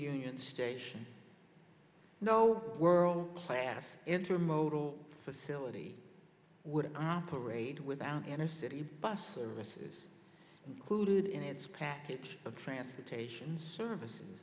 union station no world class intermodal facility would operate without an a city bus services included in its path of transportation services